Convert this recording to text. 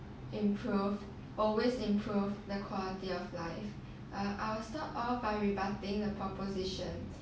improve always improve the quality of life uh I'll start off by rebutting the proposition